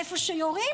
עסקים,